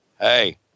Hey